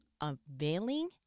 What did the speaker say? unveiling